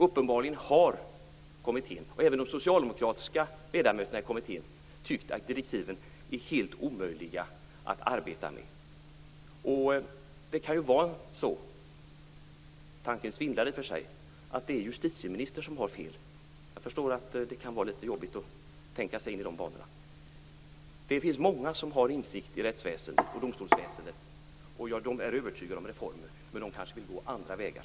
Uppenbarligen har kommittén och även de socialdemokratiska ledamöterna i kommittén tyckt att direktiven är helt omöjliga att arbeta efter. Det kan ju vara så - tanken svindlar i och för sig - att det är justitieministern som har fel. Jag förstår att det kan vara litet jobbigt att tänka i de barnorna. Det finns många som har insikt i rättsväsendet och domstolsväsendet. De är övertygade om behovet av reformer, men de kanske vill gå andra vägar.